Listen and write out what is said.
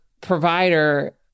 provider